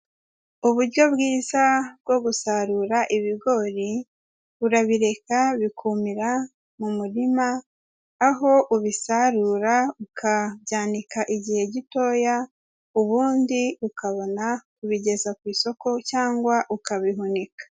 Uburyo bwiza bwo gusarura ibigori, urabireka bikumira mu murima, aho ubisarura ukabyanika igihe gitoya, ubundi ukabona kubigeza ku isoko, cyangwa ukabihunika.